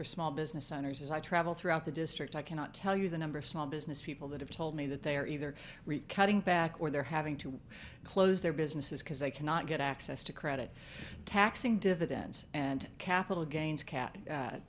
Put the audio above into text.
for small business owners as i travel throughout the district i cannot tell you the number of small business people that have told me that they are either cutting back or they're having to close their businesses because they cannot get access to credit taxing dividends and capital gains ca